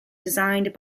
designed